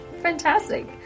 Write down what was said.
Fantastic